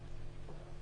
הישיבה ננעלה בשעה